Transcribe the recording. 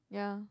yeah